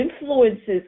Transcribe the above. influences